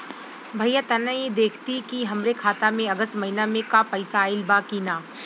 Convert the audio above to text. भईया तनि देखती की हमरे खाता मे अगस्त महीना में क पैसा आईल बा की ना?